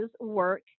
work